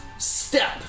step